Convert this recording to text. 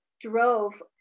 drove